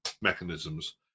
mechanisms